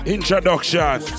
Introduction